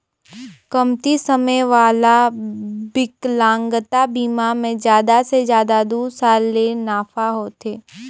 कमती समे वाला बिकलांगता बिमा मे जादा ले जादा दू साल ले नाफा होथे